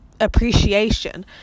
appreciation